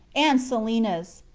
and silenus,